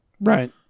Right